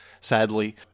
Sadly